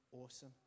awesome